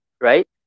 right